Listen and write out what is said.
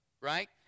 right